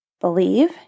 believe